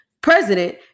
President